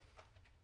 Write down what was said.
המשפטים.